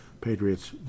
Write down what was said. Patriots